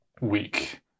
week